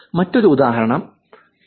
മറ്റൊരു ഉദാഹരണം ഇതാ